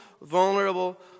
vulnerable